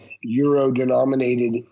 euro-denominated